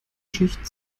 schicht